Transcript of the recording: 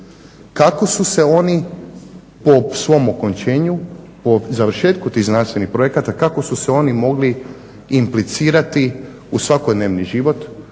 Kako su se oni po svom okončanju, po završetku tih znanstvenih projekata kako su se oni mogli implicirati u svakodnevni život,